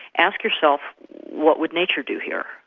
ask yourself what would nature do here?